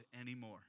anymore